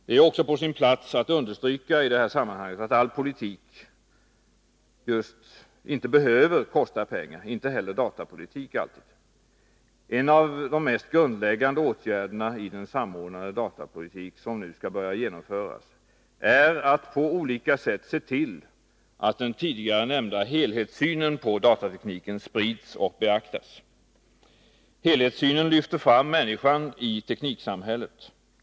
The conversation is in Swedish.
Det är också på sin plats att i detta sammanhang understryka att all politik inte alltid behöver kosta pengar — inte heller datapolitik. En av de mest grundläggande åtgärderna i den samordnade datapolitiken som nu skall börja genomföras är att på olika sätt se till att den tidigare nämnda helhetssynen på datatekniken sprids och beaktas. Helhetssynen lyfter fram människan i tekniksamhället.